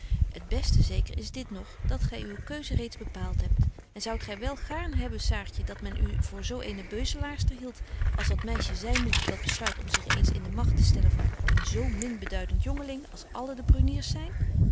het beste zeker is dit nog dat gy uwe keuze reeds bepaalt hebt en zoudt gy wel gaarn hebben saartje dat men u voor zo eene beuzelaarster hield als dat meisje zyn moet dat besluit om zich eens in de magt te stellen van een zo min beduident jongeling als alle de bruniers zyn